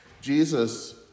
Jesus